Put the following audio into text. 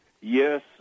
Yes